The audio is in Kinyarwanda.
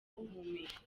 guhumeka